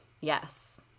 Yes